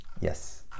yes